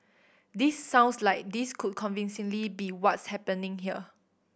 this sounds like this could convincingly be what's happening here